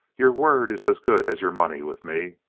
your word is as good as your money with me!